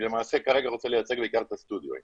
למעשה כרגע רוצה לייצג בעיקר את הסטודיואים